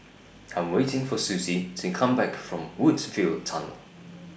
I'm waiting For Suzy to Come Back from Woodsville Tunnel